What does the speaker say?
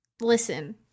listen